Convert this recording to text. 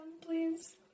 please